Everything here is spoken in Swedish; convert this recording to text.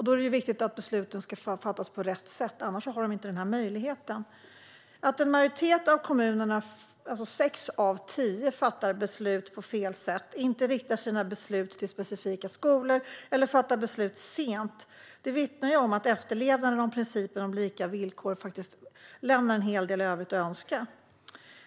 Då är det viktigt att besluten fattas på rätt sätt - annars har de inte denna möjlighet. Att en majoritet av kommunerna - sex av tio - fattar beslut på fel sätt, inte riktar sina beslut till specifika skolor eller fattar beslut sent vittnar om att efterlevnaden av principen om lika villkor lämnar en hel del övrigt att önska.